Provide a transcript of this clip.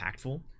impactful